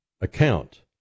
account